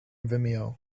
vimeo